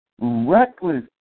reckless